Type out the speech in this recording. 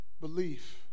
belief